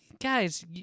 Guys